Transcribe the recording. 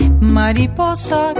Mariposa